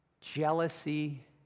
jealousy